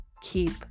keep